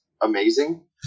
amazing